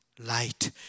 light